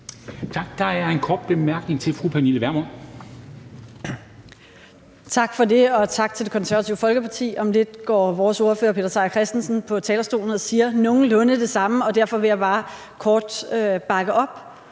Pernille Vermund. Kl. 12:39 Pernille Vermund (NB): Tak for det, og tak til Det Konservative Folkeparti. Om lidt går vores ordfører, Peter Seier Christensen, på talerstolen og siger nogenlunde det samme. Og derfor vil jeg bare kort bakke op